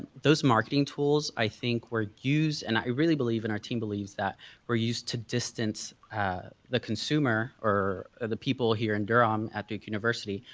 those marketing tools i think were used and i really believe, and our team believes that were used to distance the consumer or ah the people here in durham at duke university,